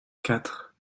quatre